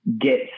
get